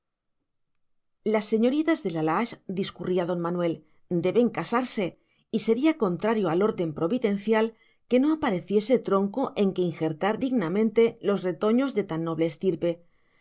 las señoritas de la lage discurría don manuel deben casarse y sería contrario al orden providencial que no apareciese tronco en que injertar dignamente los retoños de tan noble estirpe